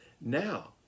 Now